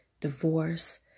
divorce